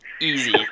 easy